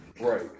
Right